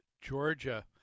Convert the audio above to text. Georgia